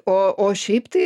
o šiaip tai